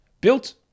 built